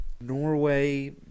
Norway